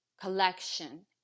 collection